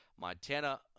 montana